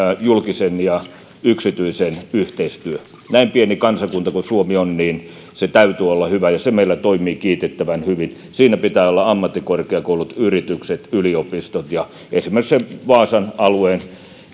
julkisen ja yksityisen yhteistyö näin pieni kansakunta kun suomi on niin sen täytyy olla hyvä ja se meillä toimii kiitettävän hyvin siinä pitää olla ammattikorkeakoulut yritykset yliopistot esimerkiksi vaasan alueen